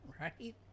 Right